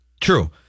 True